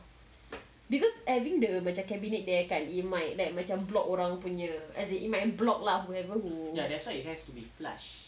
ya because adding the macam cabinet there kan it might like macam block orang punya as in it might block lah whoever who